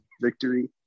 victory